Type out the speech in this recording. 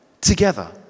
Together